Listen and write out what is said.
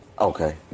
Okay